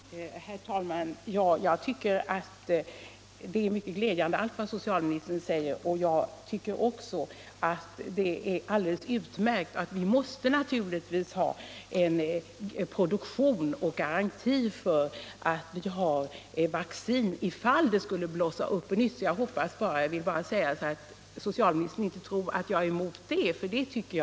En enhällig riksdag uttalade i samband med detta lagstiftningsärende att det var av utomordentligt stor vikt från principiell synpunkt att garantier skapades mot att ett majoritetsparti utnyttjade sin ställning till att välja uteslutande egna kandidater. Socialdemokraterna i Timrå kommunfullmäktige har den 23 februari 1976 utnyttjat sin majoritet och för återstoden av 1976 valt uteslutande socialdemokrater till nämndemän.